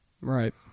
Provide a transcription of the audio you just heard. Right